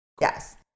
Yes